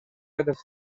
fetes